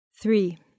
Three